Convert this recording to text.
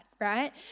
right